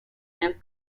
nel